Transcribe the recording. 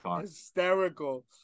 hysterical